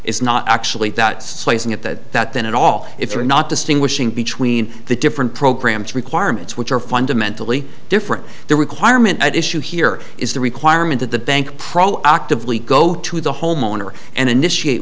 is not actually that slicing at that that that at all if you're not distinguishing between the different programs requirements which are fundamentally different the requirement at issue here is the requirement that the bank proactively go to the homeowner and initiate